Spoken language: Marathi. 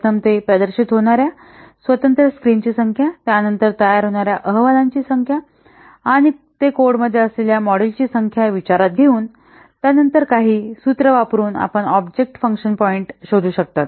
प्रथम ते प्रदर्शित होणार्या स्वतंत्र स्क्रीनची संख्या त्यानंतर तयार होणार्या अहवालाची संख्या आणि ते कोडमध्ये असलेल्या मॉड्यूलची संख्या विचारात घेऊन त्यानंतर काही सूत्र वापरून आपण ऑब्जेक्ट पॉईंट्स शोधू शकता